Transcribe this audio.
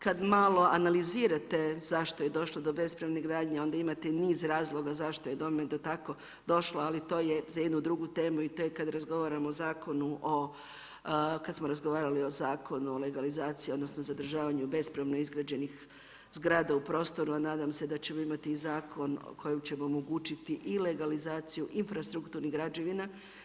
Kad malo analizirate zašto je došlo do bespravne gradnje onda imate niz razloga zašto je do toga tako došlo, ali to je za jednu drugu temu i to je kad razgovaramo o zakonu o, kad smo razgovarali o Zakonu o legalizaciji, odnosno zadržavanju bespravno izgrađenih zgrada u prostoru, a nadam se da ćemo imati i zakon kojim ćemo omogućiti i legalizaciju infrastrukturnih građevina.